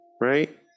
right